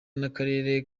n’akarere